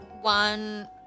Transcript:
one